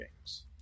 games